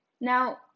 Now